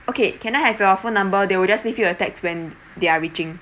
okay can I have your phone number they will just leave you a text when they are reaching